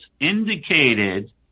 indicated